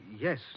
yes